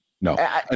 no